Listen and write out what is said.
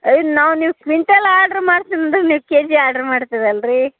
ಅಯ್ ನಾವು ನೀವು ಕ್ವಿಂಟಾಲ್ ಆರ್ಡ್ರ್ ಮಾಡ್ತೀನಂದ್ರೆ ನೀವು ಕೆಜಿ ಆರ್ಡ್ರ್ ಮಾಡ್ತೀರಲ್ಲ ರಿ